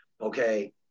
okay